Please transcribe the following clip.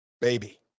baby